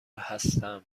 هستم